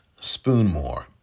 Spoonmore